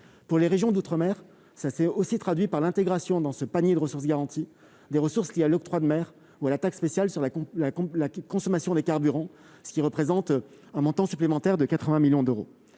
Pour les régions d'outre-mer, l'effort de l'État s'est traduit par l'intégration dans le panier des ressources garanties des recettes liées à l'octroi de mer et à la taxe spéciale de consommation sur les carburants, ce qui représente un montant supplémentaire de 80 millions d'euros.